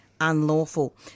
unlawful